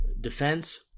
defense